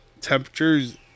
Temperatures